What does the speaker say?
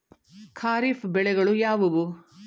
ಖಾರಿಫ್ ಬೆಳೆಗಳು ಯಾವುವು?